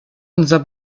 unser